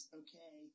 okay